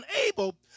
unable